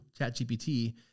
ChatGPT